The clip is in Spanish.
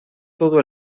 todo